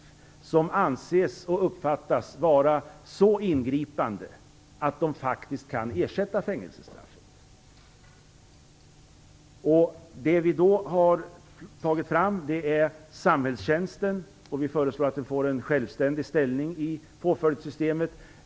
Det handlar om alternativ som skall anses och uppfattas vara så ingripande att de faktiskt kan ersätta fängelsestraffet. Vi har därför tagit fram samhällstjänsten, och föreslagit att denna får en självständig ställning i påföljdssystemet.